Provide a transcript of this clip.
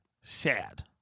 sad